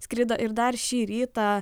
skrido ir dar šį rytą